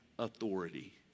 authority